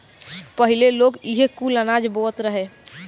पहिले लोग इहे कुल अनाज बोअत रहे